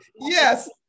Yes